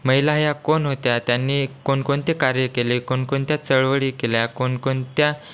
महिला ह्या कोण होत्या त्यांनी कोण कोणते कार्य केले कोणकोणत्या चळवळी केल्या कोणकोणत्या